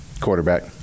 Quarterback